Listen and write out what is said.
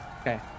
Okay